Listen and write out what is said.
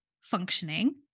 functioning